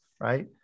right